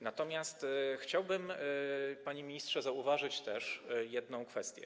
Natomiast chciałbym, panie ministrze, zauważyć też jedną kwestię.